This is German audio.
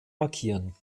markieren